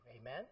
Amen